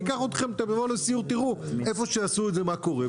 אני אקח אתכם לסיור תבואו ותראו איפה שעשו מה קורה.